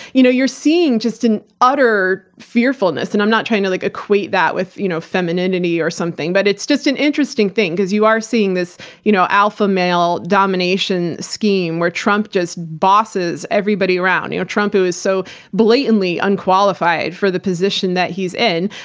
you know you're seeing just an utter fearfulness, and i'm not trying to like equate that with you know femininity, or something. but it's just an interesting thing, because you are seeing this you know alpha male domination scheme, where trump just bosses everybody around. you know trump who was so blatantly unqualified for the position that he's in,